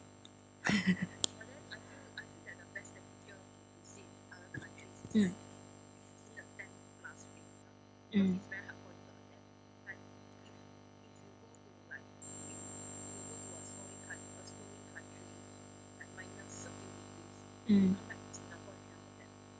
mm mm mm